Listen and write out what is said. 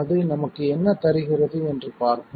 அது நமக்கு என்ன தருகிறது என்று பார்ப்போம்